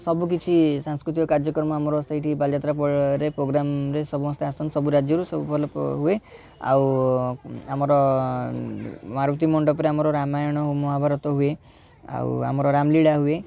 ସବୁକିଛି ସାଂସ୍କୃତିକ କାର୍ଯ୍ୟକ୍ରମ ଆମର ସେଇଠି ବାଲିଯାତ୍ରା ପଡ଼ିଆରେ ପ୍ରୋଗ୍ରାମ୍ରେ ସମସ୍ତେ ଆସନ୍ତି ସବୁ ରାଜ୍ୟରୁ ସବୁ ଭଲ ହୁଏ ଆଉ ଆମର ମାରୁତି ମଣ୍ଡପରେ ଆମର ରାମାୟଣ ମହାଭାରତ ହୁଏ ଆଉ ଆମର ରାମଲୀଳା ହୁଏ